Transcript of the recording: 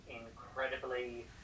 incredibly